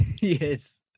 Yes